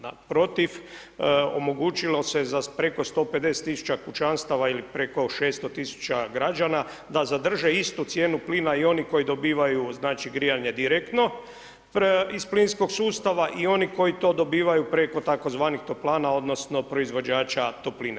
Naprotiv omogućilo se za preko 150 tisuća kućanstava ili preko 600 tisuća građana da zadrže istu cijenu plina i oni koji dobivaju grijanje direktno iz plinskog sustava i oni koji to dobivaju preko tzv. toplana, odnosno proizvođača topline.